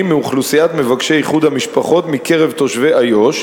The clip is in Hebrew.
מאוכלוסיית מבקשי איחוד המשפחות מקרב תושבי איו"ש,